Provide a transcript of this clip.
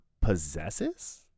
possesses